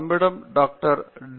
நம்மிடம் doctor D